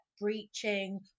breaching